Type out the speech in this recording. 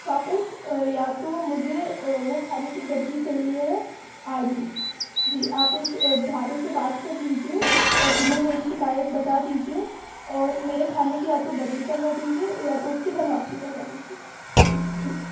वापस या तो मुझे वो खाने की बदली चाहिए है आज ही जी आप उस ढाबे से बात कर लीजिए और उन्हें मेरी शिकायत बता दीजिए और मेरे खाने की या ताे बदली करवा दीजिए या तो उसकी धन वापसी करवा दीजिए जी ठीक है